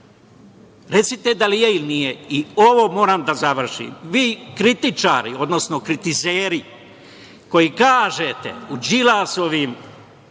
recite, da li je ili nije i ovo moram da završim. Vi kritičari, odnosno kritizeri koji kažete u Đilasovim